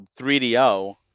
3DO